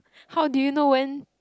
how do you know when